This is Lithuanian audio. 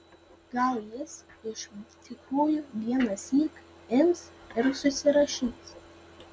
gal jis iš tikrųjų vienąsyk ims ir susirašys